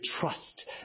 trust